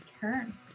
turn